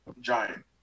giant